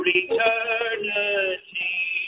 eternity